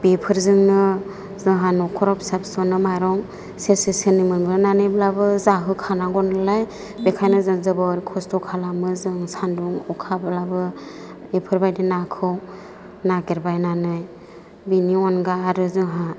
बेफोरजोंनो जोंहा न'खराव फिसा फिसौनो माइरं सेरसे सेरनै मोनबोनानैब्लाबो जाहो खानांगौ नालाय बेनिखायनो जों जोबोर खस्त' खालामो जों सानदुं अखाब्लाबो बेफोरबायदि नाखौ नागिरबायनानै बेनि अनगा आरो जोंहा